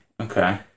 Okay